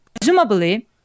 presumably